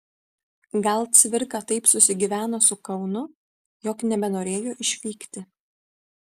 gal cvirka taip susigyveno su kaunu jog nebenorėjo išvykti